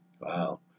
Wow